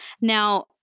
Now